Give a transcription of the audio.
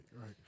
Right